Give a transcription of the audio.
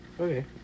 Okay